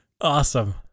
awesome